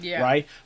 right